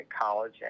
college